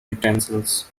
utensils